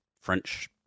French